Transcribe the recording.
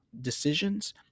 decisions